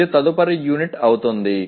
అది తదుపరి యూనిట్ అవుతుంది